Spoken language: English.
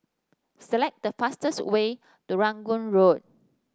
select the fastest way to Rangoon Road